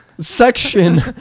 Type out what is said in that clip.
section